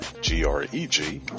G-R-E-G